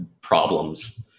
problems